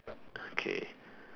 okay